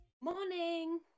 Morning